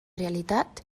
realitat